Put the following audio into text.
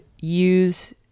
use